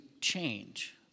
change